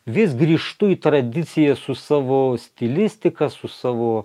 vis grįžtu į tradiciją su savo stilistika su savo